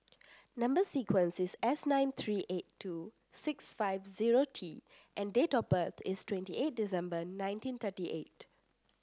number sequence is S nine three eight two six five zero T and date of birth is twenty eight December nineteen thirty eight